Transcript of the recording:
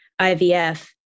IVF